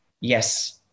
Yes